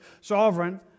sovereign